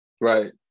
Right